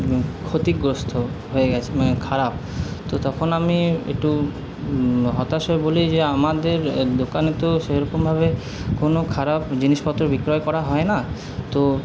ক্ষতিগ্রস্ত হয়ে গেছে মানে খারাপ তো তখন আমি একটু হতাশ হয়ে বলি যে আমাদের দোকানে তো সেরকমভাবে কোনো খারাপ জিনিসপত্র বিক্রয় করা হয় না তো